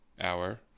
hour